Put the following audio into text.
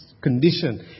condition